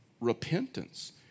repentance